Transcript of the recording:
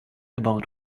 about